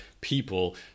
people